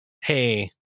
Hey